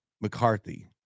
McCarthy